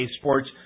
Sports